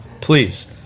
please